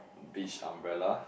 beach umbrella